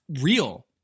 real